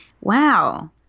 Wow